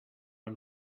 own